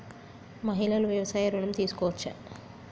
మహిళలు వ్యవసాయ ఋణం తీసుకోవచ్చా?